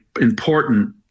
important